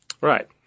Right